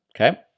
Okay